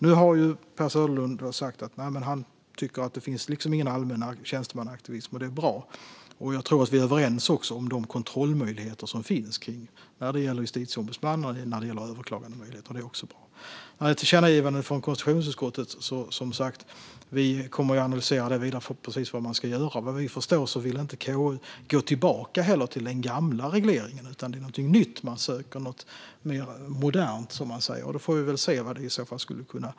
Nu har Per Söderlund sagt att det inte finns någon allmän tjänstemannaaktivism, och det är bra. Jag tror att vi är överens om de kontrollmöjligheter som finns hos Justitieombudsmannen och att överklagandemöjligheterna också är bra. Vad gäller tillkännagivandet från konstitutionsutskottet kommer vi att analysera vidare vad man ska göra. Såvitt vi förstår vill inte KU gå tillbaka till den gamla regleringen, utan det är något nytt och mer modernt man söker.